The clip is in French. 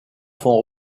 font